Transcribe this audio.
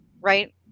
right